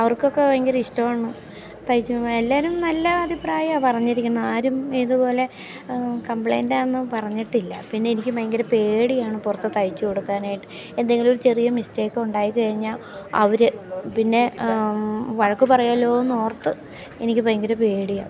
അവർക്ക് ഒക്കെ ഭയങ്കര ഇഷ്ടമാണ് തയ്ച്ച് എല്ലാവരും നല്ല അഭിപ്രായം പറഞ്ഞിരിക്കുന്നത് ആരും ഇതുപോലെ കമ്പ്ലൈൻറ്റാന്ന് പറഞ്ഞിട്ടില്ല പിന്നെ എനിക്ക് ഭയങ്കര പേടിയാണ് പുറത്ത് തയ്ച്ച് കൊടുക്കാനായിട്ട് എന്തെങ്കിലും ഒരു ചെറിയ മിസ്റ്റേക്കൊണ്ടായി കഴിഞ്ഞാൽ അവർ പിന്നെ വഴക്ക് പറയുമല്ലോ എന്നോർത്ത് എനിക്ക് ഭയങ്കര പേടിയാണ്